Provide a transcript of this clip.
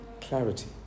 clarity